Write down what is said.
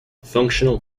functional